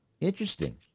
Interesting